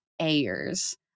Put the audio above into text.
Ayers